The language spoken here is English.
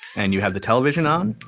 and you have the television on,